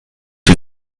wir